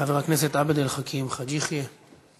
חבר הכנסת עבד אל חכים חאג' יחיא,